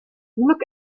look